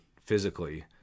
physically